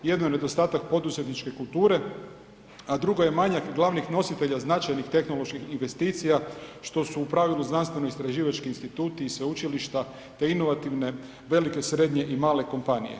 Jedno je nedostatak poduzetničke kulture a drugo je manjak glavnih nositelja značajnih tehnoloških investicija što su u pravilu znanstveno istraživački instituti i sveučilišta te inovativne velike, srednje i male kompanije.